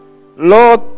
Lord